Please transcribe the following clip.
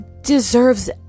deserves